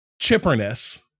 chipperness